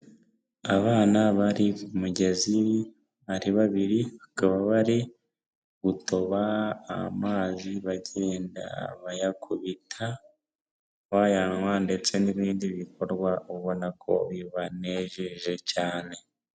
Abana bari ku mugezi ari babiri, bakaba bari gutoba amazi bagenda bayakubita bayanywa, ndetse n'ibindi bikorwa ubona ko bibanejeje cyane.